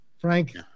Frank